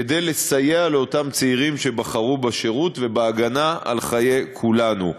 כדי לסייע לאותם צעירים שבחרו בשירות ובהגנה על חיי כולנו.